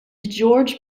george